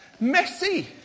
messy